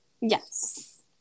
yes